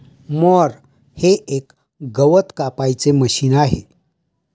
mower हे एक गवत कापायचे मशीन आहे